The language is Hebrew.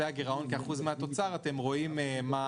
אתם רואים כעת את הגירעון כאחוז מהתוצר,